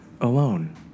alone